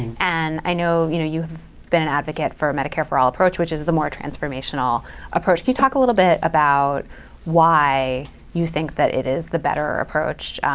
and i know you know you've been an advocate for medicare for all approach, which is the more transformational approach. can you talk a little bit about why you think that it is the better approach,